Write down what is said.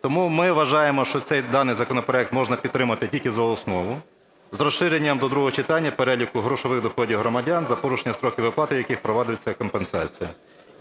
Тому ми вважаємо, що цей даний законопроект можна підтримати тільки за основу, з розширенням до другого читання переліку грошових доходів громадян за порушення строків виплати яких проводиться компенсація.